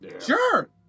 Sure